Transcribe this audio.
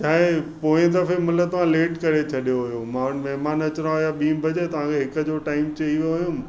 छा आहे पोइ दफ़े मतिलबु तव्हां लेट करे छॾियो हुयो मां वटि महिमान अचिणा हुआ ॿीं बजे तव्हांखे हिकु जो टाइम चई वियो हुउमि